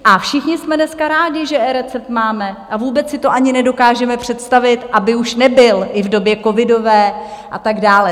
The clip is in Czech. A všichni jsme dneska rádi, že eRecept máme a vůbec si to ani nedokážeme představit, aby už nebyl, i v době covidové a tak dále.